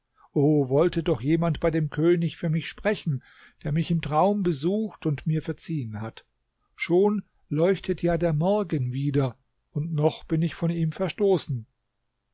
wollte doch jemand bei dem könig für mich sprechen der mich im traum besucht und mir verziehen hat schon leuchtet ja der morgen wieder und noch bin ich von ihm verstoßen